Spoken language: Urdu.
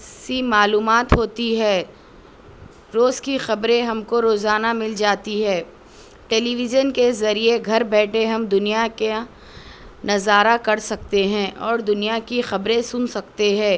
سی معلومات ہوتی ہے روز کی خبریں ہم کو روزانہ مل جاتی ہے ٹیلی ویژن کے ذریعہ گھر بیٹھے ہم دنیا کیا نظارہ کر سکتے ہیں اور دنیا کی خبریں سن سکتے ہے